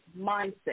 mindset